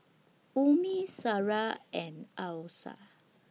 Ummi Sarah and Alyssa